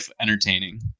entertaining